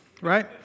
Right